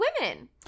women